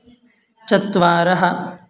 चत्वारः